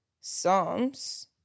Psalms